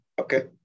okay